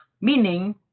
meaning